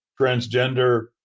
transgender